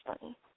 funny